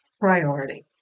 priority